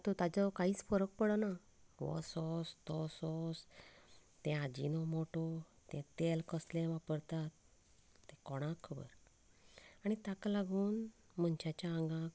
तातूंत ताजो कांयच फरक पडना हो सॉस तो सॉस तें आजिनोमोटो ते तेल कसलें वापरतात ते कोणाक खबर आनी ताका लागून मनशाच्या आगांक